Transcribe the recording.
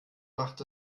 macht